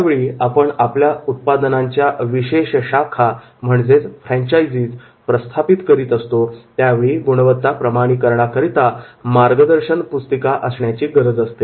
ज्यावेळी आपण आपल्या उत्पादनांच्या विशेषशाखा Franchises फ्रॅंचाईज प्रस्थापित करीत असतो त्यावेळी गुणवत्ता प्रमाणीकरणाकरिता मार्गदर्शन पुस्तिका असण्याची गरज असते